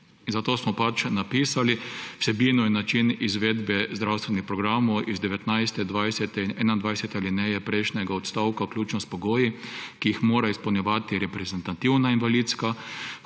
Zato smo pač napisali: »Vsebino in način izvedbe zdravstvenih programov iz 19., 20. in 21. alineje prejšnjega odstavka, vključno s pogoji, ki jih mora izpolnjevati reprezentativna invalidska,